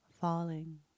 falling